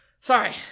Sorry